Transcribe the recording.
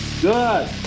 Good